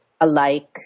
alike